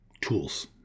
tools